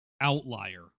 outlier